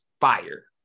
fire